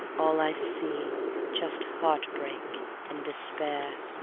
all i see just heartbreak and despair.